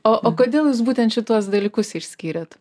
o o kodėl jūs būtent šituos dalykus išskyrėt